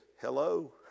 hello